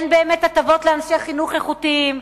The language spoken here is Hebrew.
אין באמת הטבות לאנשי חינוך איכותיים.